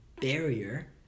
barrier